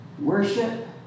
Worship